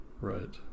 Right